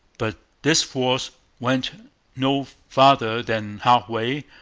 but this force went no farther than half-way,